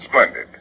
Splendid